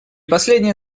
последнее